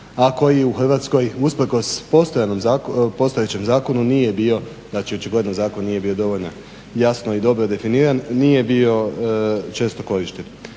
a koji u Hrvatskoj usprkos postojećem zakonu nije bio znači očigledno